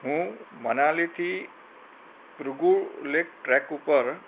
હું મનાલીથી Bhrigu lake trek ઉપર